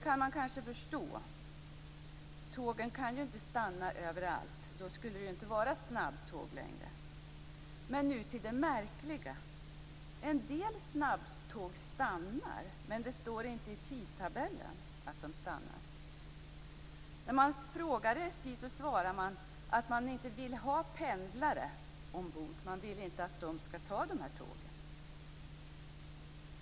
Man kan kanske förstå att tågen inte kan stanna överallt - då skulle de ju inte vara snabbtåg längre. Men nu till det märkliga: En del snabbtåg stannar men utan att det står i tidtabellen. På frågan varför svarar SJ att man inte vill ha pendlare ombord. Man vill inte att de skall ta dessa tåg.